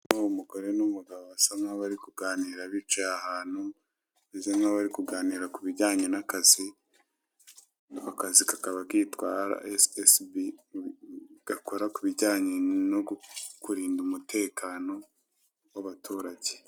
Uyu ni umugore n'umugabo basa nkabari kuganira bicaye ahantu bameze nkaho bari kuganira ku bijyanye n'akazi, akazi kakaba kitwa ara esi esi bi gakora ku bijyanye no kurinda umutekano w'abaturage.